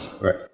Right